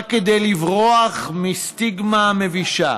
רק כדי לברוח מסטיגמה מבישה.